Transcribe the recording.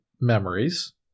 memories